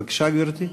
בבקשה, גברתי.